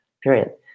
period